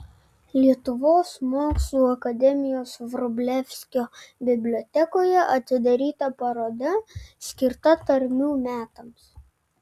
lietuvos mokslų akademijos vrublevskio bibliotekoje atidaryta paroda skirta tarmių metams